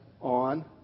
on